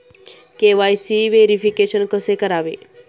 KYC verification कसे करावे?